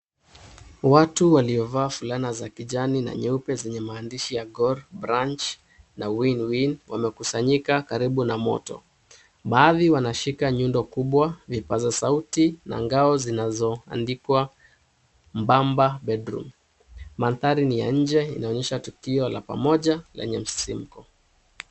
Watu waliovaa fulana za kijani na nyeupe, zenye maandishi ya Gor branch na Winwin , wamekusanyika karibu na moto. Baadhi wanashika nyundo kubwa, vipaza sauti, na ngao zinazoandikwa Pamba bedroom . Mandhari ni ya nje, inaonyesha tukio la pamoja lenye msisimko.